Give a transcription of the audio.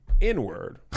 N-word